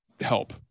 help